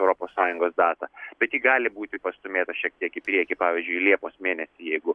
europos sąjungos datą bet ji gali būti pastūmėta šiek tiek į priekį pavyzdžiui į liepos mėnesį jeigu